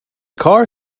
car